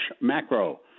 Macro